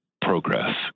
progress